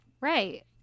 Right